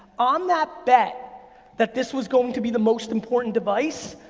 on that bet that this was going to be the most important device,